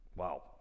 Wow